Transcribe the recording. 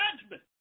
judgment